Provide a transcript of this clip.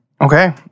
Okay